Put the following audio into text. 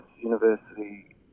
university